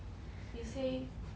you say